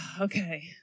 okay